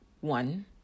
One